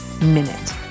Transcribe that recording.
minute